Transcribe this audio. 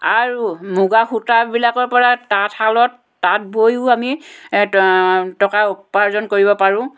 আৰু মুগা সূতাবিলাকৰ পৰা তাঁতশালত তাঁত বৈও আমি টকা উপাৰ্জন কৰিব পাৰোঁ